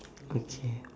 okay